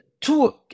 two